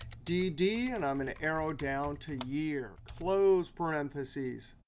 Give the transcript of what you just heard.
d d, and i'm going to arrow down to year. close parentheses,